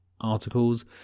articles